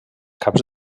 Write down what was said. caps